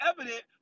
evident